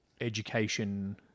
education